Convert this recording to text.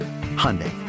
Hyundai